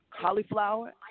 cauliflower